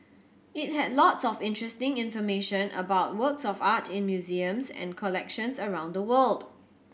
it had lots of interesting information about works of art in museums and collections around the world